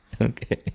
Okay